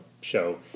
show